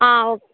ஆ okay